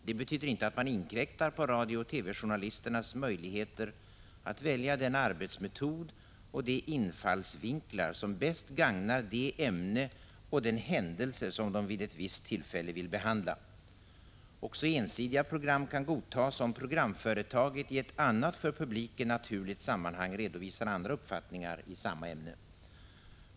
Detta betyder inte att man inkräktar på radiooch TV-journalisternas möjligheter att välja den arbetsmetod och de infallsvinklar som bäst gagnar det ämne och den händelse som de vid ett visst tillfälle vill behandla. Också ensidiga program kan godtas, om programföretaget i ett annat för publiken naturligt sammanhang redovisar andra uppfattningar i samma ämne.